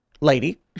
lady